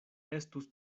estus